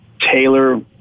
tailor